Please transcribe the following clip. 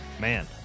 man